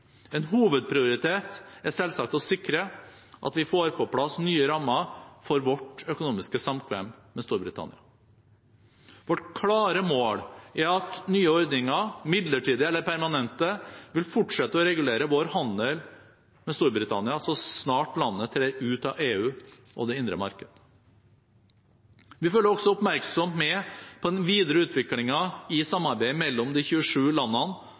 En hovedprioritet er selvsagt å sikre at vi får på plass nye rammer for vårt økonomiske samkvem med Storbritannia. Vårt klare mål er at nye ordninger, midlertidige eller permanente, vil fortsette å regulere vår handel med Storbritannia så snart landet trer ut av EU og det indre marked. Vi følger også oppmerksomt med på den videre utviklingen i samarbeidet mellom de 27 landene